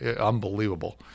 unbelievable